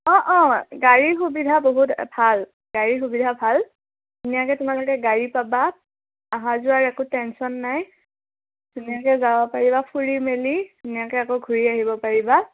অঁ অঁ গাড়ীৰ সুবিধা বহুত ভাল গাড়ীৰ সুবিধা ভাল ধুনীয়াকে তোমালোকে গাড়ী পাবা আহা যোৱাৰ একো টেনচন নাই ধুনীয়াকে যাব পাৰিবা ফুৰি মেলি ধুনীয়াকে আকৌ ঘূৰি আহিব পাৰিবা